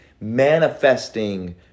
manifesting